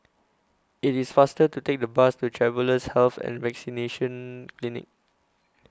IT IS faster to Take The Bus to Travellers' Health and Vaccination Clinic